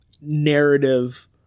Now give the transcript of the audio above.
narrative